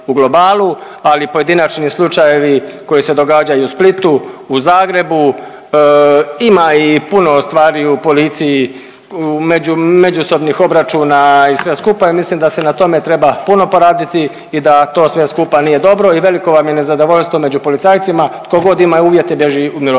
ali pojedinačni slučajevi koji se događaju u Splitu, u Zagrebu, ima i puno stvari u policiju, među…, međusobnih obračuna i sve skupa i ja mislim da se na tome treba puno poraditi i da to sve skupa nije dobro i veliko vam je nezadovoljstvo među policajcima, tko god ima uvjete bježi u mirovinu,